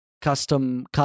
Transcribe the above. custom